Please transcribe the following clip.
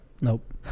nope